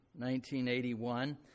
1981